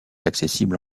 accessible